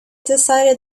decided